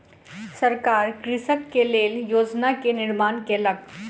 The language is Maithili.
सरकार कृषक के लेल योजना के निर्माण केलक